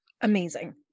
Amazing